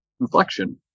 inflection